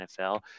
nfl